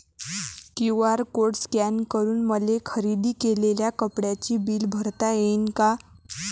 QR code scan करून मले खरेदी केलेल्या कापडाचे बिल भरता यीन का?